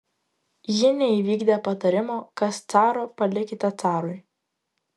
ji neįvykdė patarimo kas caro palikite carui